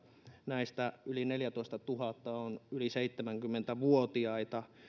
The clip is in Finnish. näistä yli neljätoistatuhatta on yli seitsemänkymmentä vuotiaita